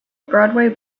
broadway